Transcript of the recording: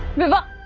remember,